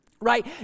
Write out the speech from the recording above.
right